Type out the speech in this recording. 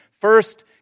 first